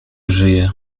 żyje